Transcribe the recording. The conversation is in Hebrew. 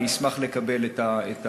אבל אשמח לקבל את הדוח.